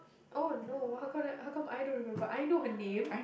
oh no how come how come I don't remember I know her name